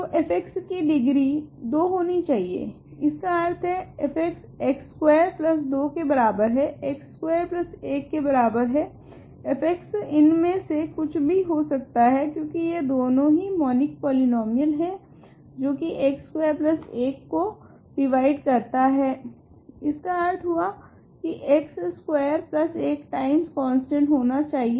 तो f की degree 2 होनी चाहिए इसका अर्थ है f x स्कवेर 2 के बराबर है x स्कवेर 1 के बराबर है f इनमे से कुछ भी हो सकता है क्योकि यह दोनों ही मॉनिक पॉलीनोमीयल है जो की x स्कवेर 1 को डिवाइड करता है इसका अर्थ हुआ की यह x स्कवेर 1 टाइम्स कोंस्टंट होना चाहिए